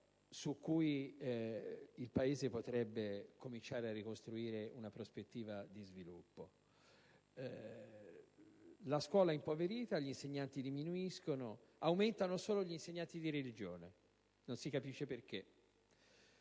su cui il Paese potrebbe cominciare a ricostruire una prospettiva di sviluppo. La scuola è impoverita, gli insegnanti diminuiscono, anche se non si capisce perché